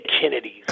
Kennedys